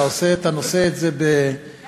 אתה עושה את זה בהחלט